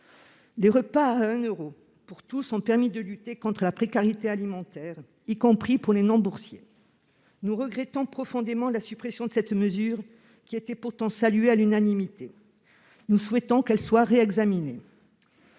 Les repas à un euro pour tous ont permis de lutter contre la précarité alimentaire, y compris pour les non-boursiers. Nous regrettons profondément la suppression de cette mesure, qui était pourtant saluée à l'unanimité. Nous souhaitons qu'elle soit réexaminée.